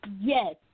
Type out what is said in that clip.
yes